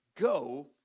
Go